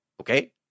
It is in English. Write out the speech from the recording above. okay